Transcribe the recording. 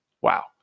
wow